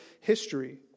history